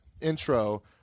intro